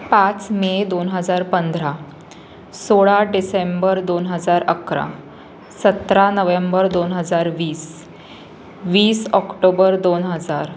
पाच मे दोन हजार पंधरा सोळा डिसेंबर दोन हजार अकरा सतरा नोव्हेंबर दोन हजार वीस वीस ऑक्टोबर दोन हजार